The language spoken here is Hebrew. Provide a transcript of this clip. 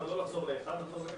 כלומר לא לחזור לאחד אלא לחזור לאפס.